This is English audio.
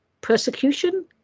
persecution